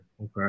okay